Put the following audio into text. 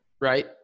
right